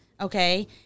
okay